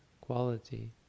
quality